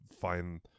find